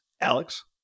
Alex